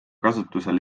kasutusel